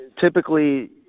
typically